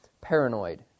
paranoid